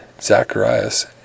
Zacharias